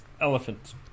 elephant